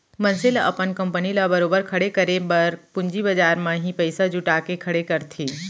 मनसे ल अपन कंपनी ल बरोबर खड़े करे बर पूंजी बजार म ही पइसा जुटा के खड़े करथे